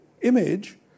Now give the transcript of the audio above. image